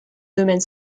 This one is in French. domaine